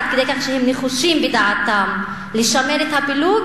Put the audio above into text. עד כדי כך שהם נחושים בדעתם לשמר את הפילוג?